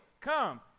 Come